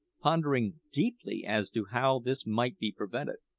pondering deeply as to how this might be prevented.